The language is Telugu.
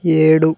ఏడు